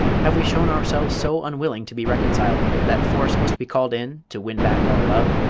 have we shown ourselves so unwilling to be reconciled, that force must be called in to win back our love?